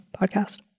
podcast